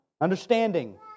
understanding